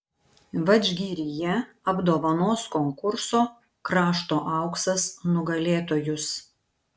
vadžgiryje apdovanos konkurso krašto auksas nugalėtojus